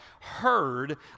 heard